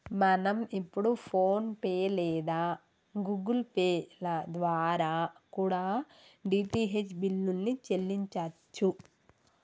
మనం ఇప్పుడు PhonePe లేదా గుగుల్ పే ల ద్వారా కూడా డీ.టీ.హెచ్ బిల్లుల్ని చెల్లించచ్చు